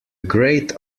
great